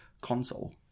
console